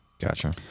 Gotcha